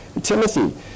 Timothy